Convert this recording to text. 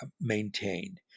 maintained